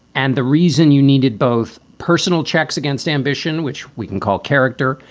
and the reason you needed both personal checks against ambition, which we can call character,